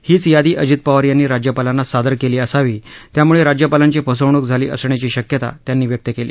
हीच यादी अजित पवार यांनी राज्यपालांना सादर केली असावी त्याम्ळे राज्यपालांची फसवणूक झाली असण्याची शक्यता त्यांनी व्यक्त केली